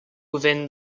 within